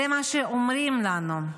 זה מה שאומרים לנו,